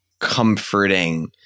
comforting